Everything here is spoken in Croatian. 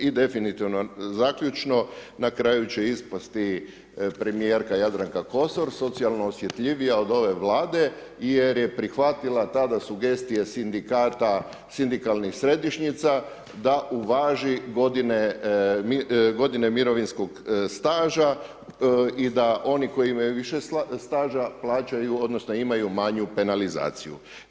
I definitivno zaključno, na kraju će ispasti primjerka Jadranka Kosor, socijalno osjetljivija ove vlade jer je prihvatila tada sugestije, sindikata, sindikalnih središnjica da uvaži godine mirovinskog staža i da oni koji imaju višeg staža plaćaju, odnosno imaju manju penalizaciju.